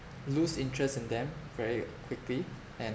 lose interest in them very quickly and